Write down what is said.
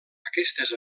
aquestes